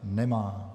Nemá.